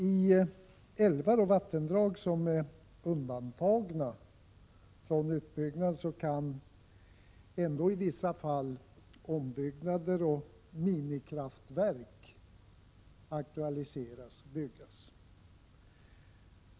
I älvar och vattendrag som är undantagna från utbyggnad kan ändå i vissa fall ombyggnader ske och minikraftverk aktualiseras och byggas.